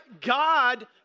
God